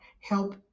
help